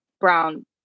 brown